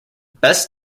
best